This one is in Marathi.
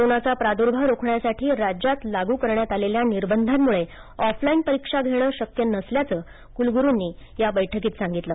कोरोनाचा प्रादृभाव रोखण्यासाठी राज्यात लागू करण्यात आलेल्या निर्बंधांमूळे ऑफलाईन परीक्षा घेणं शक्य नसल्याचं कुलगुरूंनी या बैठकीत सांगितलं